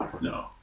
No